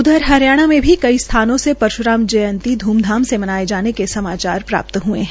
उधर हरियाणा में कई स्थानों से परश्राम जयंती ध्मधाम ने मनाये जाने के समाचार प्राप्त हये है